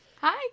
Hi